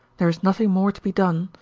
there is nothing more to be done,